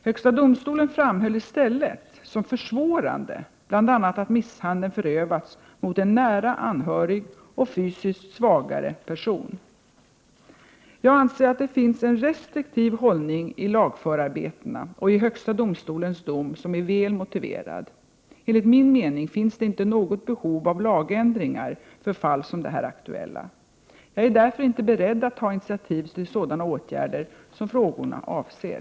Högsta domstolen framhöll i stället som försvårande bl.a. att misshandeln förövats mot en nära anhörig och fysiskt svagare person. Jag anser att det finns en restriktiv hållning i lagförarbetena och i högsta domstolens dom som är väl motiverad. Enligt min mening finns det inte något behov av lagändringar för fall som det här aktuella. Jag är därför inte beredd att ta initiativ till sådana åtgärder som frågorna avser.